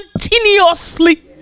continuously